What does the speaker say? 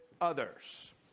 others